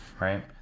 right